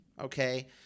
Okay